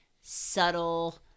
subtle